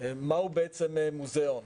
מה הוא בעצם מוזיאון?